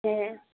ᱦᱮᱸ